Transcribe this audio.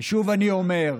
ושוב אני אומר,